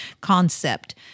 concept